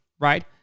right